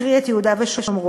קרי את יהודה ושומרון.